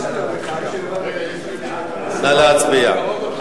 נא להצביע.